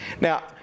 Now